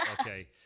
Okay